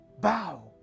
bow